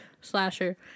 slasher